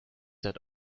that